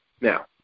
now